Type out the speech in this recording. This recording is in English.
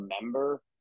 remember